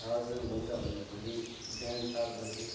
हजुर हुन्छ हुन्छ भोलि बिहान सात बजे